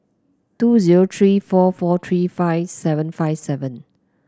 two zero three four four three five seven five seven